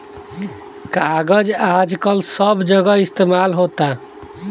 कागज आजकल सब जगह इस्तमाल होता